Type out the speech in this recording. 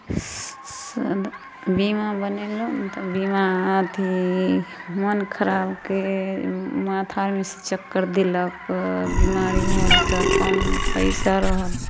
बीमा बनेलहुँ तऽ बीमा अथि मोन खराबके माथामे से चक्कर देलक बिमारी भेल तऽ कम पैसा रहल